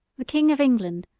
the king of england,